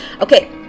okay